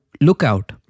lookout